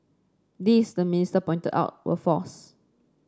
these the minister pointed out were false